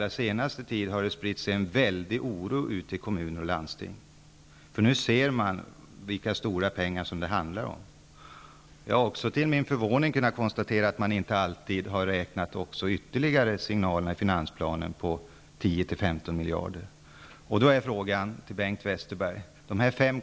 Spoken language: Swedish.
På senare tid har det spritt sig en väldig oro i kommuner och landsting. Nu syns det vilka stora pengar det hela handlar om. Jag har till min förvåning kunnat konstatera att man inte alltid har räknat in de ytterligare signaler som finns i finansplanen omfattande 10--15 miljarder kronor.